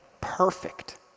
perfect